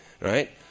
Right